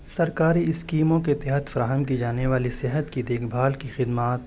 سرکاری اسکیموں کے تحت فراہم کی جانے والی صحت کی دیکھ بھال کی خدمات